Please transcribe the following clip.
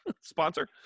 Sponsor